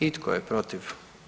I tko je protiv?